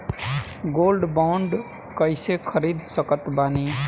Gold bond कईसे खरीद सकत बानी?